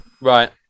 Right